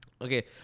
Okay